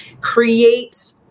create